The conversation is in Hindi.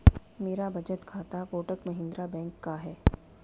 मेरा बचत खाता कोटक महिंद्रा बैंक का है